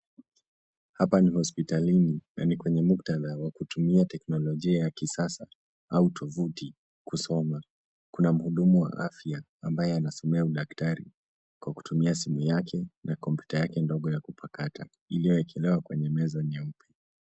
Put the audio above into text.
Hapa ni hospitalini na ni kwenye muktata wa kutumia teknolijia ya kisasa au tufuti kusoma. Kuna mhudumu wa afya ambaye anasomea udaktari kwa kutumia simu yake na kmpyuta ndogo ya mpakata iliowekelwa kwenye meza nyeupe.